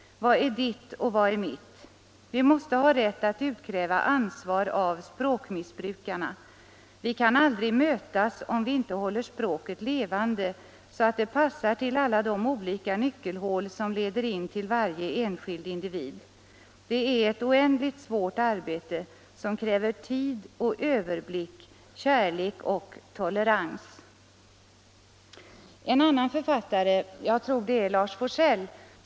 Vad är ditt och vad är mitt? Vi måste ha rätt att utkräva ansvar av språkmissbrukarna. Vi kan aldrig mötas om vi inte håller språket levande, så att det passar till alla de olika nyckelhål, som leder in till varje enskild individ. Det är ett oändligt svårt arbete, som kräver ”tid” och "överblick", ”kärlek” och ”tolerans".” En annan författare. jag tror det är Lars Forssell.